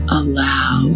allow